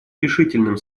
решительным